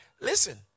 Listen